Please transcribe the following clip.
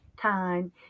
time